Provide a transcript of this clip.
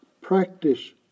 practice